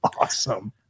awesome